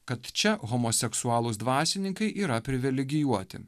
kad čia homoseksualūs dvasininkai yra privilegijuoti